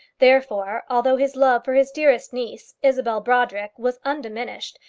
therefore, although his love for his dearest niece, isabel brodrick, was undiminished,